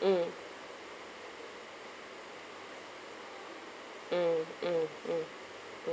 mm mm mm mm mm